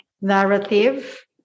narrative